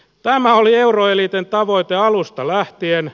tämä oli euroeliitin tavoite alusta lähtien